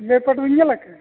ᱥᱤᱞᱟᱹᱭᱯᱟᱴ ᱵᱤᱱ ᱧᱮᱞ ᱠᱟᱜᱼᱟ